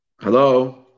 Hello